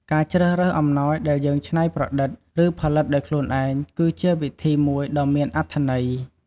ការជ្រើសរើសអំណោយដែលយើងច្នៃប្រឌិត ឬផលិតដោយខ្លួនឯង គឺជាវិធីមួយដ៏មានអត្ថន័យ។